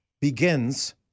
begins